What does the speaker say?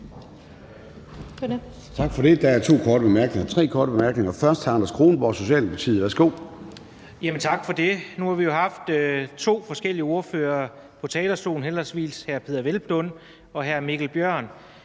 Tak for det. Der er tre korte bemærkninger. Først er det hr. Anders Kronborg, Socialdemokratiet. Værsgo. Kl. 14:18 Anders Kronborg (S): Tak for det. Nu har vi jo haft to forskellige ordførere på talerstolen, henholdsvis hr. Peder Hvelplund og hr. Mikkel Bjørn.